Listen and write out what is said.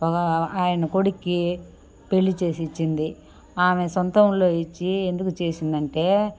ఆయన కొడుక్కి పెళ్లి చేసి ఇచ్చింది ఆమె సొంతంలో ఇచ్చి ఎందుకు చేసిందంటే